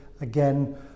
again